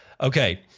Okay